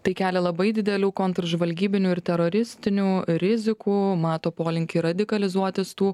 tai kelia labai didelių kontržvalgybinių ir teroristinių rizikų mato polinkį radikalizuotis tų